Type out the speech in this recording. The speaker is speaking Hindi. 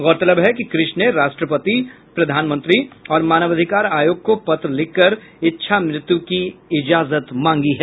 गौरतलब है कि कृष ने राष्ट्रपति प्रधानमंत्री और मानवाधिकार आयोग को पत्र लिखकर इच्छा मृत्यु की इजाजत मांगी है